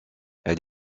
elle